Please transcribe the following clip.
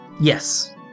Yes